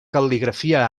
cal·ligrafia